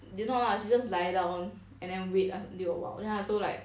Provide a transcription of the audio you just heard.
the~ no lah she just lie down and then wait until awhile